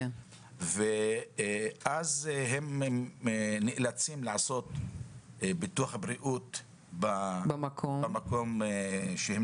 ואז הם נאלצים לעשות ביטוח בריאות במקום שהם